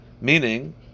meaning